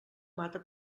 mata